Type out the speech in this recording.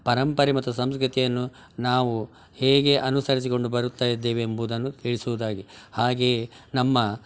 ಪರಂಪರೆ ಮತ್ತು ಸಂಸ್ಕೃತಿಯನ್ನು ನಾವು ಹೇಗೆ ಅನುಸರಿಸಿಕೊಂಡು ಬರುತ್ತಾ ಇದ್ದೇವೆ ಎಂಬುದನ್ನು ತಿಳಿಸೋದಾಗಿ ಹಾಗೆಯೇ ನಮ್ಮ